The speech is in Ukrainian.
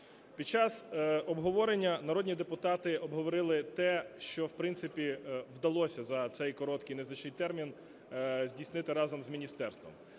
Під час обговорення народні депутати обговорили те, що, в принципі, вдалося за цей короткий незначний термін здійснити разом з міністерством.